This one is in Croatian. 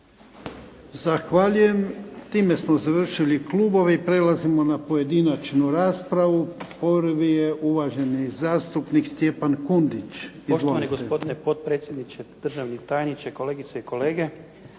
Zahvaljujem. Time smo završili klubove, i prelazimo na pojedinaču raspravu. Prvi je uvaženi zastupnik Stjepan Kundić. Izvolite. **Kundić, Stjepan (HDZ)** Poštovani gospodine potpredsjedniče, državni tajniče, kolegice i kolege.